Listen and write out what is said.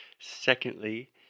Secondly